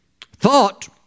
thought